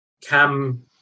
cam